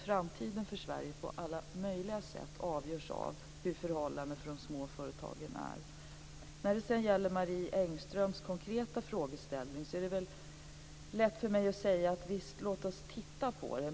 Framtiden för Sverige avgörs alltså på alla möjliga sätt av hur förhållandena för de små företagen är. När det sedan gäller Marie Engströms konkreta frågeställning är det lätt för mig att säga: Låt oss titta på det.